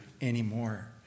anymore